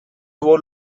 tuvo